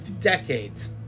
decades